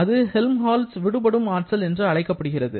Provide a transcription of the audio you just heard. அது ஹெல்ம்ஹால்ட்ஸ் விடுபடும் ஆற்றல் என்று அழைக்கப்படுகிறது